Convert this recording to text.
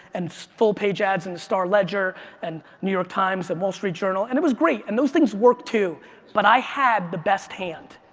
and full page ads in the star ledger and new york times and wall street journal. it was great and those things work too but i had the best hand.